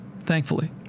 thankfully